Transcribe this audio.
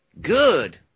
Good